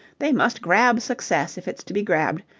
they must grab success if it's to be grabbed.